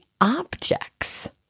objects